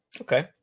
Okay